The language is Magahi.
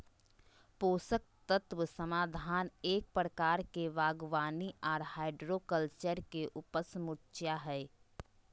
पोषक तत्व समाधान एक प्रकार के बागवानी आर हाइड्रोकल्चर के उपसमुच्या हई,